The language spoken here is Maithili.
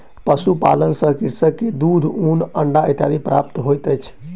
पशुपालन सॅ कृषक के दूध, ऊन, अंडा इत्यादि प्राप्त होइत अछि